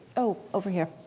oh, over here.